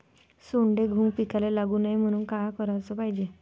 सोंडे, घुंग पिकाले लागू नये म्हनून का कराच पायजे?